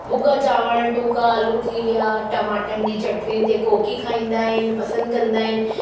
भूगा चांवर टूक आलू थी विया टमाटन जी चटणी ते कोकी खाईंदा आहिनि पसंदि कंदा आहिनि